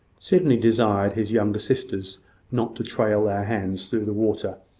sydney desired his younger sisters not to trail their hands through the water,